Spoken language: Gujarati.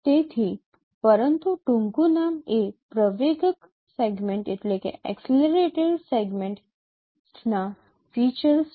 તેથી પરંતુ ટૂંકું નામ એ પ્રવેગક સેગમેન્ટ ટેસ્ટના ફીચર્સ છે